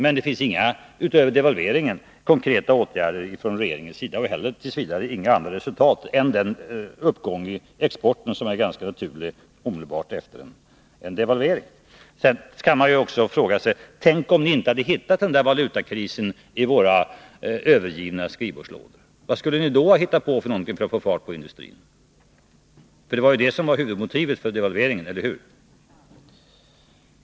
Men det finns utöver devalveringen inga konkreta åtgärder från regeringens sida och t. v. heller inga andra konkreta resultat än den uppgång i exporten som är ganska naturlig omedelbart efter en devalvering. Man kan också fråga sig: Vad skulle ni ha hittat på för att få fart på industrin, om ni inte hade funnit den här valutakrisen i våra övergivna skrivbordslådor? För det var ju den som var huvudmotivet för devalveringen, eller hur?